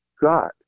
God